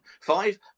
Five